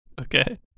okay